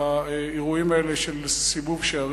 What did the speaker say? באירועים האלה של "סיבוב שערים".